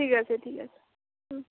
ঠিক আছে ঠিক আছে হুম